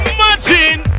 Imagine